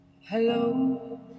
Hello